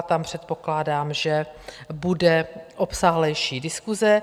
Tam předpokládám, že bude obsáhlejší diskuse.